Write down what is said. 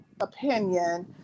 opinion